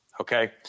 Okay